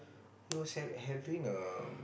he was ha~ having a